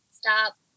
stop